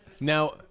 Now